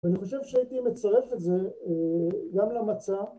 ואני חושב שהייתי מצרף את זה גם למצב